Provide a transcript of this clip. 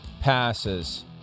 passes